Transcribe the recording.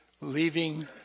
Leaving